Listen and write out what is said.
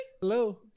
hello